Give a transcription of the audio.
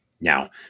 Now